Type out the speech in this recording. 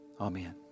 Amen